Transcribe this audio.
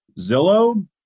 Zillow